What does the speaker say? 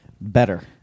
Better